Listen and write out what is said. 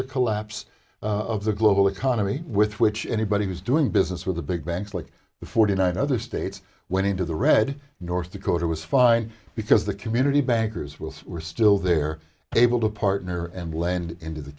the collapse of the global economy with which anybody was doing business with the big banks like the forty nine other states went into the red north dakota was fine because the community bankers will say we're still there able to partner and lend into the